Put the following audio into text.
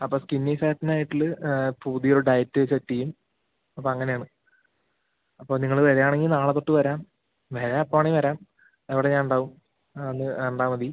അപ്പം സ്ക്കിന്നി ഫാറ്റിനായിട്ടിതിൽ പുതിയൊരു ഡയറ്റ് സെറ്റ് ചെയ്യും അപ്പം അങ്ങനെ ആണ് അപ്പം നിങ്ങൾ വരികയാണെങ്കിൽ നാളത്തൊട്ട് വരാം വേറെ എപ്പം വേണമെങ്കിലും വരാം ഇവിടെ ഞാൻ ഉണ്ടാവും ആ വന്ന് കണ്ടാൽ മതി